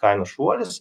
kainų šuolis